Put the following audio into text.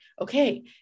Okay